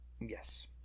Yes